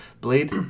Blade